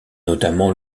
notamment